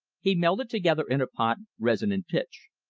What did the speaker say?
he melted together in a pot, resin and pitch.